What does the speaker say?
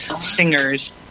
singers